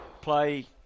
play